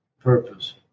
purpose